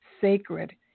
sacred